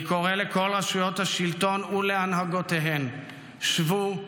אני קורא לכל רשויות השלטון ולהנהגותיהן: שבו,